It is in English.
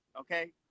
okay